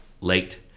late